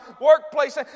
workplace